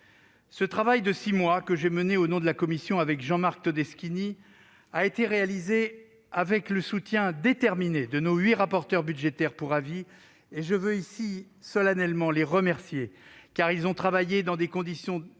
Ce travail de six mois, que j'ai mené au nom de la commission, avec Jean-Marc Todeschini, a été réalisé grâce au soutien déterminé de nos huit rapporteurs budgétaires pour avis. Je veux ici solennellement les remercier, d'autant qu'ils ont travaillé dans des conditions